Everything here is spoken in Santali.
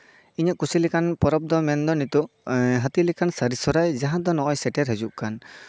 ᱤᱧᱟᱹᱜ ᱠᱩᱥᱤ ᱞᱮᱠᱟᱱ ᱯᱚᱨᱚᱵᱽ ᱢᱮᱱᱫᱚ ᱱᱤᱛᱚᱜ ᱦᱟᱹᱛᱤ ᱞᱮᱠᱟᱱ ᱥᱟᱹᱨᱤ ᱥᱚᱦᱨᱟᱭ ᱡᱟᱦᱟᱸ ᱫᱚ ᱱᱚᱜᱼᱚᱭ ᱥᱮᱴᱮᱨ ᱦᱤᱡᱩᱜ ᱠᱟᱱ